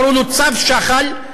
קראו לו "צו שחל"